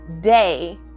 day